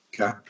Okay